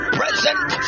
present